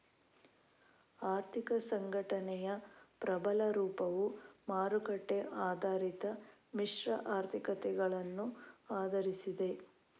ಆರ್ಥಿಕ ಸಂಘಟನೆಯ ಪ್ರಬಲ ರೂಪವು ಮಾರುಕಟ್ಟೆ ಆಧಾರಿತ ಮಿಶ್ರ ಆರ್ಥಿಕತೆಗಳನ್ನು ಆಧರಿಸಿದೆ